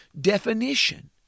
definition